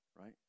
right